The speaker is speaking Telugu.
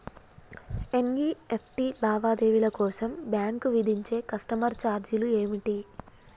ఎన్.ఇ.ఎఫ్.టి లావాదేవీల కోసం బ్యాంక్ విధించే కస్టమర్ ఛార్జీలు ఏమిటి?